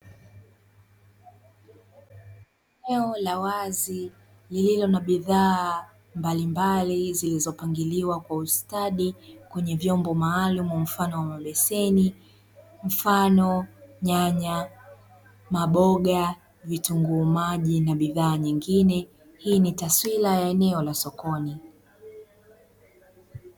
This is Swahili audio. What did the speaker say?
Eneo la wazi lililo na bidhaa mbalimbali zilizopangiliwa kwa ustadi kwenye vyombo maalumu mfano wa mabeseni mfano nyanya, maboga, vitunguu maji na bidhaa nyingine. Hii ni taswira ya eneo la sokoni.